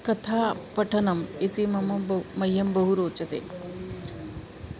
कथा पठनम् इति मम ब् मह्यं बहु रोचते